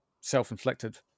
self-inflicted